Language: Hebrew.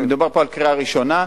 מדובר פה על קריאה ראשונה.